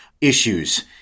issues